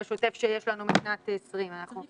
שמי טניה